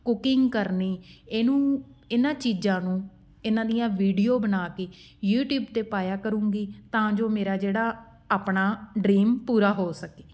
cooking ਕਰਨੀ ਇਹਨੂੰ ਇਹਨਾਂ ਚੀਜ਼ਾਂ ਨੂੰ ਇਹਨਾਂ ਦੀਆਂ ਵੀਡੀਓ ਬਣਾ ਕੇ ਯੂਟਿਊਬ 'ਤੇ ਪਾਇਆ ਕਰੂੰਗੀ ਤਾਂ ਜੋ ਮੇਰਾ ਜਿਹੜਾ ਆਪਣਾ ਡਰੀਮ ਪੂਰਾ ਹੋ ਸਕੇ